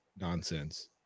nonsense